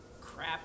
crap